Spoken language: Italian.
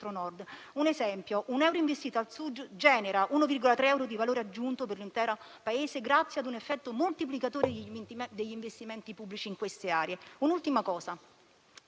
Per esempio, un euro investito al Sud genera 1,3 euro di valore aggiunto per l'intero Paese, grazie ad un effetto moltiplicatore degli investimenti pubblici in queste aree. Un'ultima cosa: